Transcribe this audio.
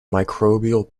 microbial